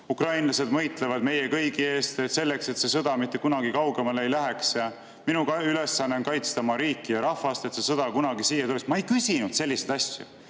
"Ukrainlased võitlevad meie kõigi eest selle jaoks, et see sõda mitte kunagi kaugemale ei läheks."; "Minu ülesanne on kaitsta oma riiki ja rahvast, et see sõda kunagi siia ei tuleks." Ma ei küsinud selliseid asju!